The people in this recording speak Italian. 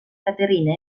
caterina